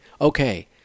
Okay